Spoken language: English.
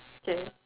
K